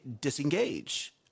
disengage